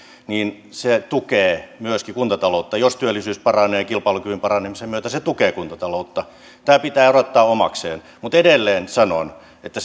niin se tukee myöskin kuntataloutta jos työllisyys paranee kilpailukyvyn paranemisen myötä se tukee kuntataloutta tämä pitää erottaa omakseen mutta edelleen sanon että